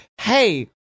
hey